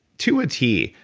to a tee,